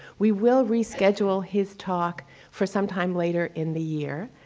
we will reschedule his talk for sometime later in the year.